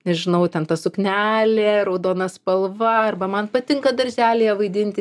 nežinau ten ta suknelė raudona spalva arba man patinka darželyje vaidinti